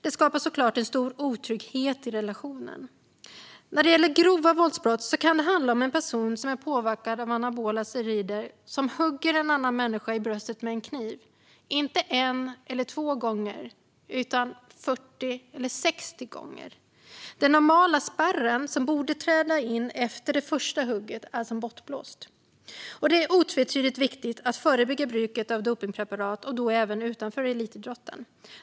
Det skapar såklart en stor otrygghet i relationen. När det gäller grova våldsbrott kan det handa om en person som är påverkad av anabola steroider och som hugger en annan människa i bröstet med en kniv - inte 1 eller 2 gånger, utan 40 eller 60 gånger. Den normala spärr som borde träda in efter det första hugget är som bortblåst. Det är otvetydigt viktigt att förebygga bruket av dopningspreparat och då även utanför elitidrotten.